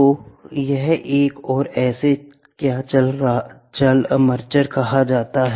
तो यह एक और इसे क्या चल आर्मेचर कहा जाता है